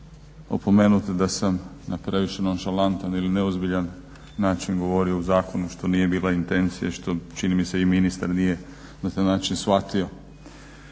Hvala vam